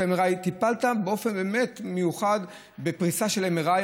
MRI. טיפלת באופן באמת מיוחד בפריסה של MRI,